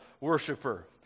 worshiper